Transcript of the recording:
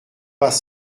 pas